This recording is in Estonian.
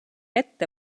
ette